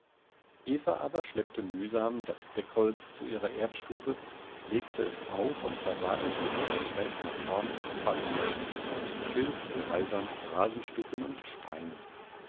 eva aber schleppte mühsam das deckholz zu ihrer erdstube legte es auf und versah es mit einer schräg nach vorn abfallenden schicht aus schilf reisern rasenstücken und steinen